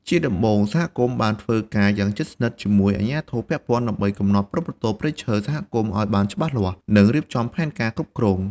ជាដំបូង សហគមន៍បានធ្វើការយ៉ាងជិតស្និទ្ធជាមួយអាជ្ញាធរពាក់ព័ន្ធ ដើម្បីកំណត់ព្រំប្រទល់ព្រៃឈើសហគមន៍ឱ្យបានច្បាស់លាស់ និងរៀបចំផែនការគ្រប់គ្រង។